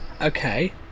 Okay